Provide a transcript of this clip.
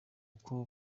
bwoko